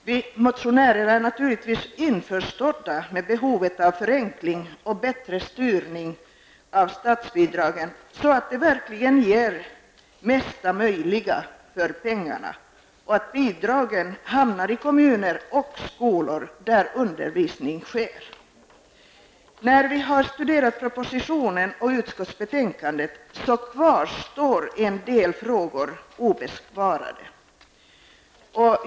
Vi motionärer inser naturligtvis behovet av förenkling och bättre styrning av statsbidragen, så att de verkligen ger mesta möjliga för pengarna och hamnar i kommuner och skolor där undervisning sker. När vi har studerat propositionen och utskottsbetänkandet har vi funnit att en del frågor förblivit obesvarade.